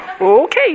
Okay